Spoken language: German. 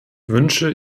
wünsche